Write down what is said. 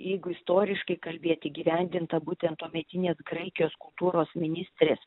jeigu istoriškai kalbėt įgyvendinta būtent tuometinės graikijos kultūros ministrė